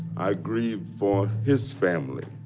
i grieve for his family,